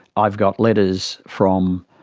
i've got letters from,